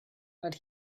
but